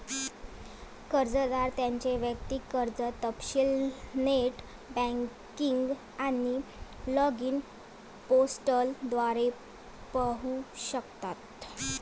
कर्जदार त्यांचे वैयक्तिक कर्ज तपशील नेट बँकिंग आणि लॉगिन पोर्टल द्वारे पाहू शकतात